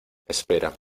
espera